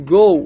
go